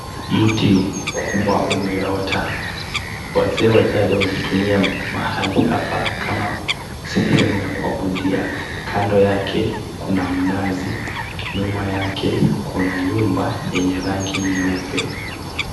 Mti mkubwa umetoa. Waze wa jadi walitumia mahali hapa kama sehemu ya kuabudia. Kando yake kuna mnazi nyuma yake kuna nyumba yenye rangi nyeupe.